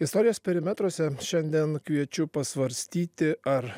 istorijos perimetruose šiandien kviečiu pasvarstyti ar